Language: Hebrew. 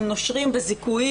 הם נושרים בזיכויים.